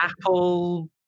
Apple